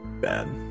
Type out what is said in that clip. bad